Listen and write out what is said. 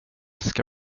ska